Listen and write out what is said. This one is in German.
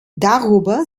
darüber